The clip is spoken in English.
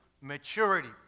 maturity